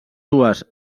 dues